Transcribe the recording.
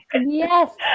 Yes